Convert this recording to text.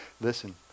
Listen